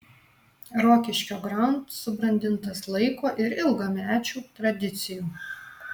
rokiškio grand subrandintas laiko ir ilgamečių tradicijų